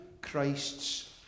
Christ's